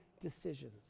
decisions